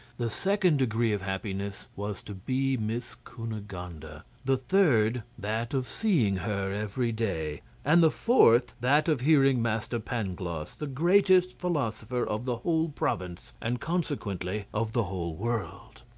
the second degree of happiness was to be miss cunegonde, ah the third that of seeing her every day, and the fourth that of hearing master pangloss, the greatest philosopher of the whole province, and consequently of the whole world.